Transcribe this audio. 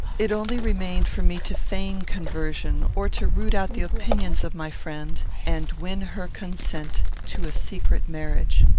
it only remained for me to feign conversion, or to root out the opinions of my friend and win her consent to a secret marriage.